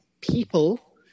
people